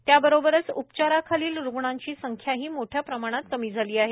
त्याबरोबरच उपचाराखालील रुग्णाची संख्याही मोठ्या प्रमाणात कमी झाली आहे